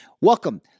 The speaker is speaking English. Welcome